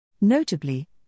Notably